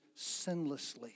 sinlessly